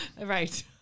Right